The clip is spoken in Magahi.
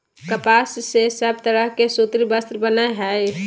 कपास से सब तरह के सूती वस्त्र बनय हय